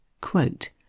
Quote